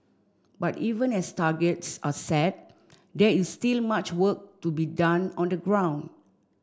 but even as targets are set there is still much work to be done on the ground